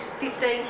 fifteen